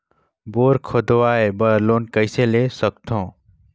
Bore खोदवाय बर loan कइसे ले सकथव?